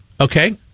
Okay